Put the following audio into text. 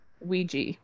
Ouija